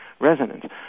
resonance